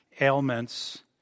ailments